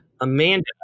Amanda